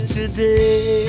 today